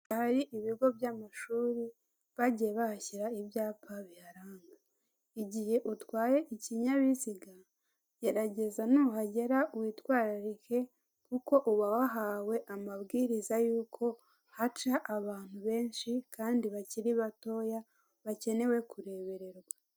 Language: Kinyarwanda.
Aha hari ibigo by'amashuri bagiye bahashyira ibyapa biharanga. Igihe utwaye ikinyabiziga, gerageza nuhagera witwararike kuko uba wahawe amabwiriza y'uko haca abantu benshi kandi bakiri batoya bakenewe kurebererwa.